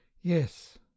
Yes